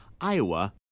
iowa